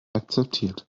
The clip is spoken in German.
akzeptiert